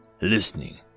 Listening